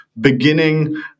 beginning